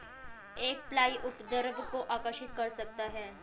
एक फ्लाई उपद्रव को आकर्षित कर सकता है?